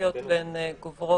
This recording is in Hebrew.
ספציפיות והן גוברות.